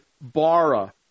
bara